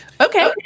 Okay